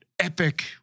Epic